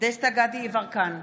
דסטה גדי יברקן,